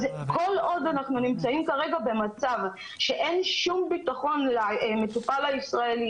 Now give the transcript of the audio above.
כל עוד אנחנו נמצאים כרגע במצב שאין שום ביטחון למטופל הישראלי,